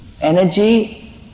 energy